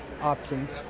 options